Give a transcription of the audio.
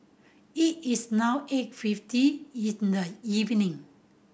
it is now eight fifty in the evening